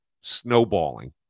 snowballing